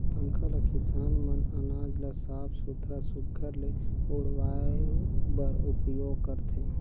पंखा ल किसान मन अनाज ल साफ सुथरा सुग्घर ले उड़वाए बर उपियोग करथे